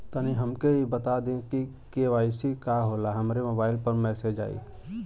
तनि हमके इ बता दीं की के.वाइ.सी का होला हमरे मोबाइल पर मैसेज आई?